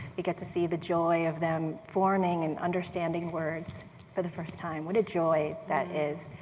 you get to see the joy of them forming, and understanding words for the first time. what a joy that is.